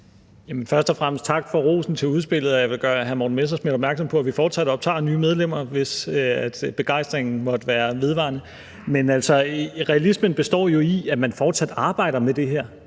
tak for rosen for udspillet. Jeg vil gøre hr. Morten Messerschmidt opmærksom på, at vi fortsat optager nye medlemmer, hvis begejstringen måtte være vedvarende. Men realismen består jo i, at man fortsat arbejder med det her.